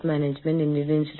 എന്റെ പേര് ആരാധ്ന മാലിക്